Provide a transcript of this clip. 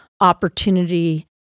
opportunity